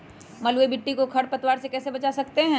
बलुई मिट्टी को खर पतवार से कैसे बच्चा सकते हैँ?